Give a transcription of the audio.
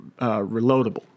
reloadable